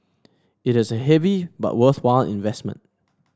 it is a heavy but worthwhile investment